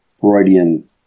Freudian